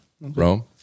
Rome